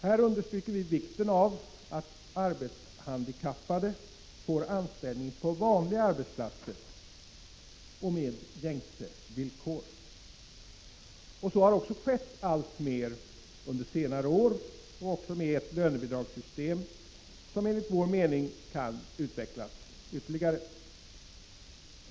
Här understryker vi vikten av att arbetshandikappade får anställning på vanliga arbetsplatser och med gängse villkor. Så har också skett alltmer under senare år med ett lönebidragssystem, som enligt vår mening kan utvecklas ytterligare.